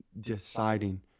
deciding